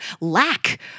lack